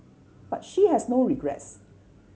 but she has no regrets